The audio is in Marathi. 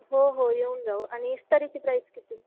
हो हो येऊन जाऊ आणि इस्त्रीची प्राईज किती